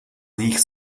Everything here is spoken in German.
nicht